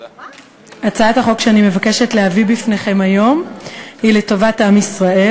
הצעת החוק שאני מבקשת להביא בפניכם היום היא לטובת עם ישראל,